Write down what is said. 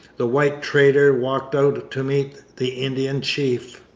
the white trader walked out to meet the indian chief.